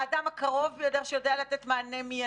האדם הקרוב ביותר שיודע לתת מענה מיידי,